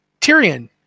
Tyrion